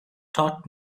taught